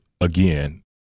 again